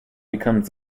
becomes